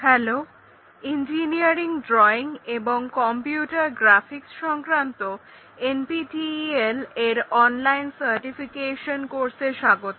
hello engineering drawing এবং computer graphics সংক্রান্ত NPTEL এর অনলাইন সার্টিফিকেশন কোর্সে স্বাগত